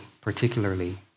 particularly